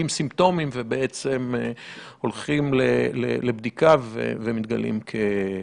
סימפטומים ובעצם הולכים לבדיקה ומתגלים כחולים.